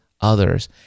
others